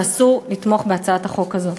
ואסור לתמוך בהצעת החוק הזאת.